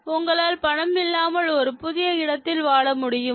உங்களால் பணம் இல்லாமல் ஒரு புதிய இடத்தில் வாழ முடியுமா